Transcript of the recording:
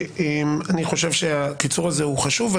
ואומר שאני חושב שהקיצור הזה הוא חשוב.